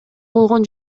болгон